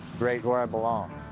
right where i belonged.